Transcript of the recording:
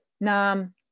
Nam